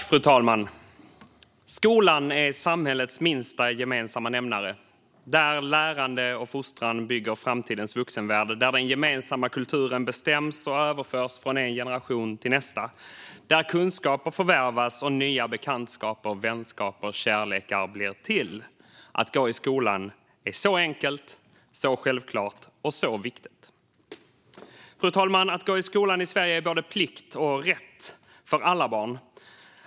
Fru talman! Skolan är samhällets minsta gemensamma nämnare. Där bygger lärande och fostran framtidens vuxenvärld, och där bestäms den gemensamma kulturen och överförs från en generation till nästa. Där förvärvas kunskaper, och nya bekantskaper, vänskaper och kärlekar blir till. Att gå i skolan är så enkelt, så självklart och så viktigt. Fru talman! Att gå i skolan i Sverige är både en plikt och en rätt för alla barn.